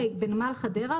(ה) בנמל חדרה,